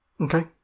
Okay